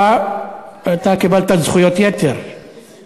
אתה סיימת את הדברים, נא לרדת.